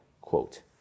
quote